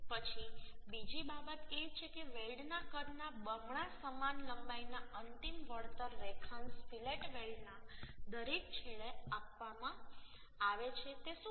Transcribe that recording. પછી બીજી બાબત એ છે કે વેલ્ડના કદના બમણા સમાન લંબાઈના અંતિમ વળતર રેખાંશ ફીલેટ વેલ્ડના દરેક છેડે આપવામાં આવે છે તે શું છે